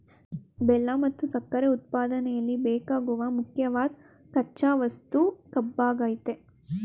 ಬೆಲ್ಲ ಮತ್ತು ಸಕ್ಕರೆ ಉತ್ಪಾದನೆಯಲ್ಲಿ ಬೇಕಾಗುವ ಮುಖ್ಯವಾದ್ ಕಚ್ಚಾ ವಸ್ತು ಕಬ್ಬಾಗಯ್ತೆ